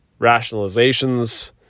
rationalizations